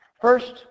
First